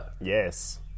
yes